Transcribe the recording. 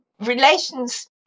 Relations